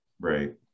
Right